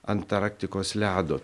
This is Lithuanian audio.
antarktikos ledo